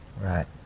Right